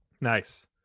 Nice